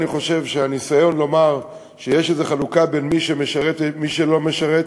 אני חושב שהניסיון לומר שיש איזו חלוקה בין מי שמשרת לבין מי שלא משרת,